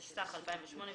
התשס"ח 2008‏,